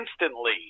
instantly